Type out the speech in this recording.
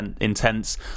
intense